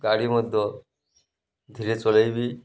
ଗାଡ଼ି ମଧ୍ୟ ଧୀରେ ଚଳେଇବି